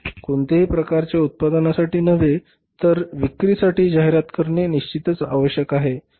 कोणत्याही प्रकारच्या उत्पादनासाठी नव्हे तर विक्रीसाठी जाहिरात करणे निश्चितच आवश्यक आहे